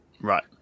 Right